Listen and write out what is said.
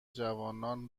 جوانان